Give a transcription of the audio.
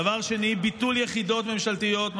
דבר שני, ביטול יחידות ממשלתיות.